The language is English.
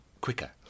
quicker